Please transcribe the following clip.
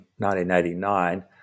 1989